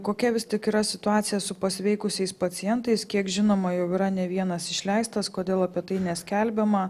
kokia vis tik yra situacija su pasveikusiais pacientais kiek žinoma jau yra ne vienas išleistas kodėl apie tai neskelbiama